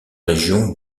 région